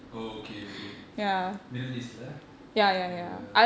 oh okay okay middle east lah ya